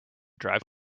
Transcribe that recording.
drive